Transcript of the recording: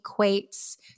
equates